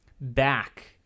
back